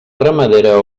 ramadera